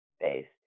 based